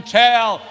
tell